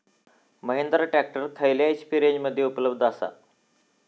Mahindra tractor खयल्या HP रेंजमध्ये उपलब्ध आसा?